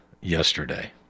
yesterday